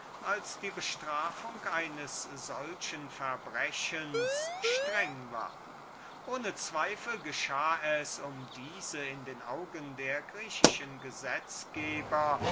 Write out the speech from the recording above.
als die bestrafung eines solchen verbrechens strenge war ohne zweifel geschah es diese in den augen der griechischen gesetzgeber